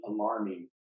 alarming